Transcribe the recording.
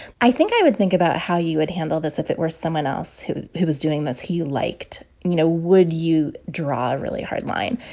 i think i would think about how you would handle this if it were someone else who who was doing this who you liked. you know, would you draw a really hard line?